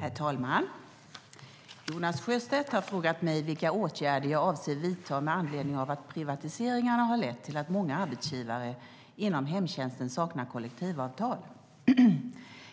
Herr talman! Jonas Sjöstedt har frågat mig vilka åtgärder jag avser att vidta med anledning av att privatiseringarna har lett till att många arbetsgivare inom hemtjänsten saknar kollektivavtal.